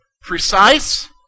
Precise